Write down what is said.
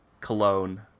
Cologne